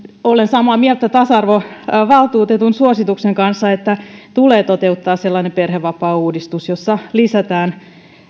olen samaa mieltä tasa arvovaltuutetun suosituksen kanssa että tulee toteuttaa sellainen perhevapaauudistus jossa lisätään